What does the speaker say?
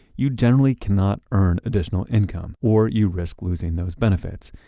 you generally cannot earn additional income or you risk losing those benefits.